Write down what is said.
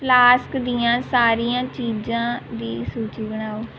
flask ਦੀਆਂ ਸਾਰੀਆਂ ਚੀਜ਼ਾਂ ਦੀ ਸੂਚੀ ਬਣਾਓ